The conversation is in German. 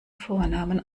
vornamen